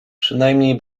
przynajmniej